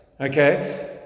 okay